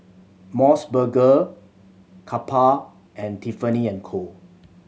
Mos Burger Kappa and Tiffany and Co